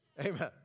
Amen